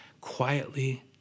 quietly